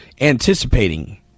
anticipating